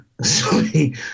sorry